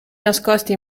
nascosti